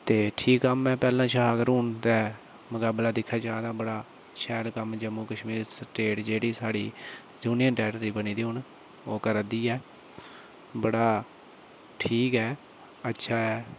ते ठीक कम्म ऐ अगर पैह्लैं शा मुकाबले दिक्खा जा जम्मू कश्मीर स्टेट जेह्ड़ी हुन यूनियन टैरीटरी बनी दी हो करा दी ऐ ठीक ऐ अच्छा ऐ